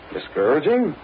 Discouraging